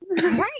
right